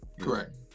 Correct